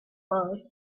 her